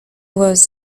was